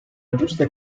giusta